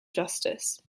justice